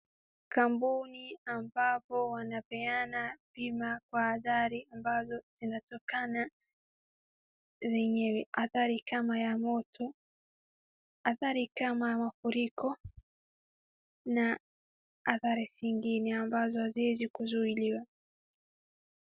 Kampuni ambapo wanapeana dhima kwa athari ambazo zinatokana, zenya athari kama ya moto, athari kama ya mafuriko, na athari zingine ambazo haziwezi kuzuiliwa.